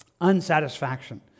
Unsatisfaction